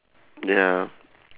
ya